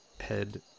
head